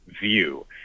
view